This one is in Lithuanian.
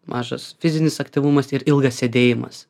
mažas fizinis aktyvumas ir ilgas sėdėjimas